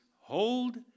hold